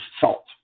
salt